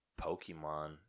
Pokemon